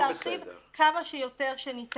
אבל עדיין, ה"כמה שניתן"